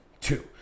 two